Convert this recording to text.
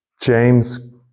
James